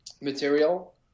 material